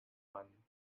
one